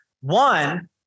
One